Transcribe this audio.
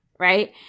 Right